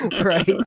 right